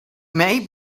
maybe